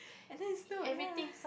and then it snowed ya